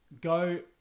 go